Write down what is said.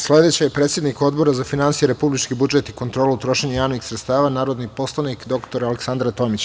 Sledeća je predsednica Odbora za finansije, republički budžet i kontrolu trošenja javnih sredstava, narodni poslanik dr Aleksandra Tomić.